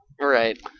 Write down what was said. Right